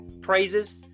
praises